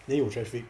then 有 traffic